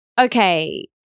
Okay